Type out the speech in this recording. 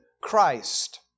Christ